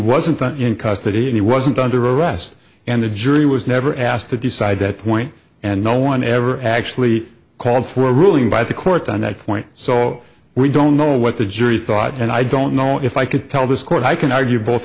wasn't in custody and he wasn't under arrest and the jury was never asked to decide that point and no one ever actually called for a ruling by the court on that point so we don't know what the jury thought and i don't know if i could tell this court i can argue both